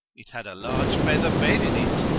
it had a large feather-bed in it.